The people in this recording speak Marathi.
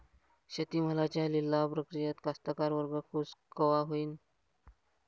शेती मालाच्या लिलाव प्रक्रियेत कास्तकार वर्ग खूष कवा होईन?